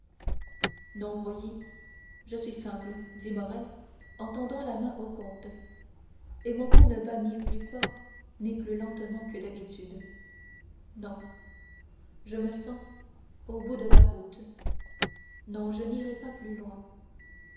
non voyez je suis simple dit morrel en tendant la main au comte et mon pouls ne bat ni plus fort ni plus lentement que d'habitude non je me sens au bout de la route non je n'irai pas plus loin